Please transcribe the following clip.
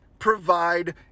provide